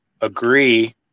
agree